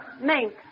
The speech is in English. mink